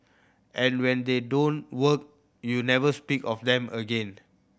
and when they don't work you never speak of them again